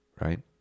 Right